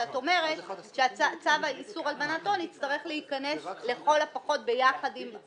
שאת אומרת שצו איסור הלבנת הון יצטרך להיכנס לכל הפחות יחד עם,